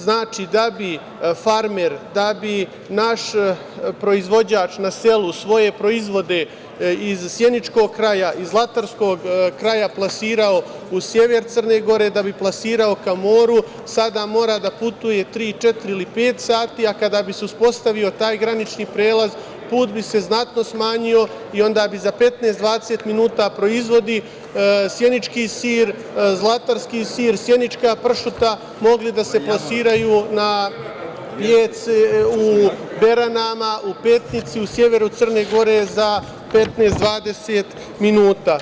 Znači, da bi farmer, da bi naš proizvođač na selu svoje proizvode iz sjeničkog kraja, iz zlatarskog kraja plasirao u sever Crne Gore, da bi plasirao ka moru sada mora da putuje tri, četiri ili pet sati, ali kada bi se uspostavio taj granični prelaz put se znatno smanjio i onda bi za 15, 20 minuta proizvodi - sjenički sir, zlatarski sir, sjenička pršuta mogli da se plasiraju u Beranama, u Petnici, na severu Crne Gore za 15, 20 minuta.